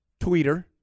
Tweeter